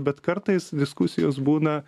bet kartais diskusijos būna